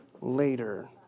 later